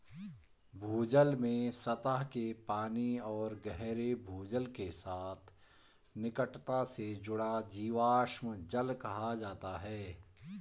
भूजल में सतह के पानी और गहरे भूजल के साथ निकटता से जुड़ा जीवाश्म जल कहा जाता है